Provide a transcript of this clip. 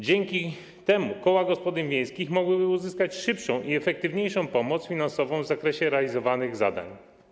Dzięki temu koła gospodyń wiejskich mogłyby uzyskać szybszą i efektywniejszą pomoc finansową w zakresie realizowanych zadań.